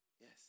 Yes